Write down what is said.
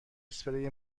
اسپری